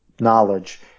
knowledge